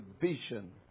vision